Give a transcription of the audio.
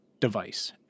device